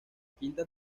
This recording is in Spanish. quinta